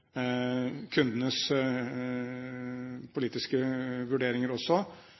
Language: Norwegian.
kundenes politiske vurderinger også.